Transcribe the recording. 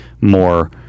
more